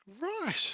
right